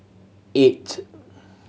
eight